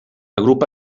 agrupa